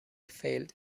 failed